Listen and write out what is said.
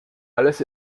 alles